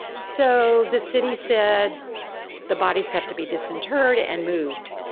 so the city said the bodies have to be disinterred and moved